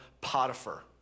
Potiphar